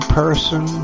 person